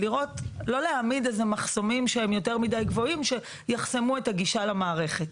ולא להעמיד איזה מחסומים יותר מדיי גבוהים שיחסמו את הגישה למערכת.